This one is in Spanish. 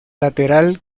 lateral